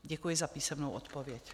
Děkuji za písemnou odpověď.